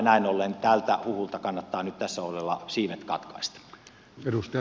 näin ollen tältä huhulta kannattaa nyt tässä siivet katkaista